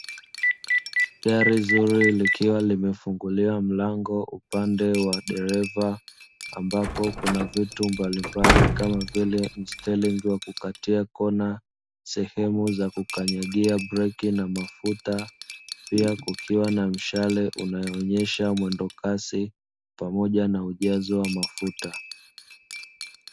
Gari zuri likiwa limefunguliwa mlango upande wa dereva, ambapo kuna vitu mbalimbali kama vile msteringi wa kukatia kona, sehemu za kukanyagia breki na mafuta pia kukiwa na mshale unaonesha mwendo kasi pamoja na ujazo wa mafuta.